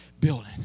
building